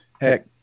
Heck